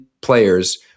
players